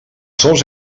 sols